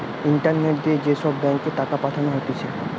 internet দিয়ে যে সব ব্যাঙ্ক এ টাকা পাঠানো হতিছে